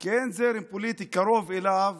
כי אין זרם פוליטי קרוב אליו